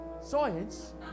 Science